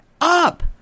up